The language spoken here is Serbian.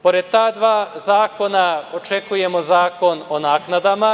Pored ta dva zakona očekujemo zakon o naknadama.